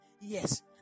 Yes